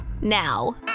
now